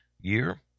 year